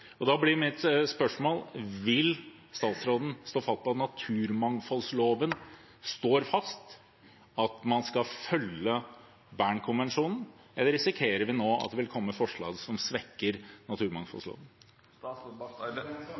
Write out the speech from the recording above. Da blir mitt spørsmål: Vil statsråden stå på at naturmangfoldloven ligger fast, og at man skal følge Bernkonvensjonen, eller risikerer vi nå at det vil komme forslag som svekker